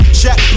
check